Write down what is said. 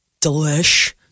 Delish